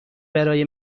برای